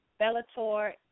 Bellator